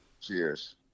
cheers